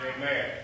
Amen